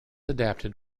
adapted